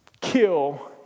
kill